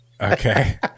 Okay